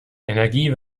energie